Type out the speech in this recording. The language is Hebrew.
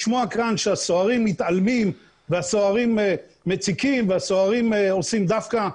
לשמוע כאן שהסוהרים מתעלמים והסוהרים מציקים והסוהרים עושים דווקא,